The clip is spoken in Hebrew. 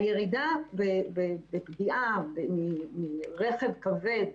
הירידה בפגיעה מרכב כבד,